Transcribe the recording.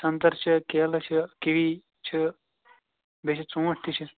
سَنٛگتر چھِ کیلہٕ چھِ کیوِی چھِ بیٚیہِ چھِ ژوٗنٛٹھۍ تہِ چھِ